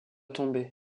tomber